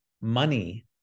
money